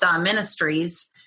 ministries